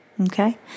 Okay